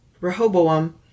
Rehoboam